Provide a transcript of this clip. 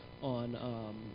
on